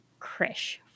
krish